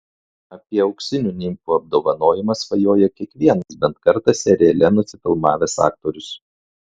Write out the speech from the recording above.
apie auksinių nimfų apdovanojimą svajoja kiekvienas bent kartą seriale nusifilmavęs aktorius